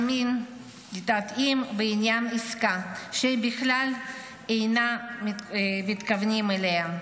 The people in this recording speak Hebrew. מתעתעים בעניין העסקה שהם בכלל אינם מתכוונים אליה.